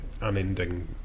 unending